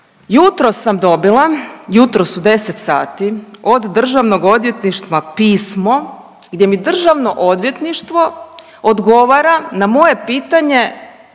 Jutros sam dobila, jutros u 10 sati od Državnog odvjetništva pismo gdje mi Državno odvjetništvo odgovara na moje pitanje